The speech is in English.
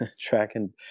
tracking